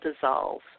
dissolve